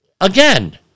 again